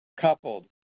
coupled